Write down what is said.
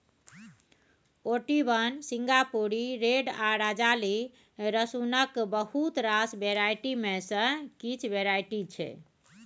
Ooty one, सिंगापुरी red आ राजाली रसुनक बहुत रास वेराइटी मे सँ किछ वेराइटी छै